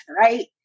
right